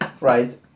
right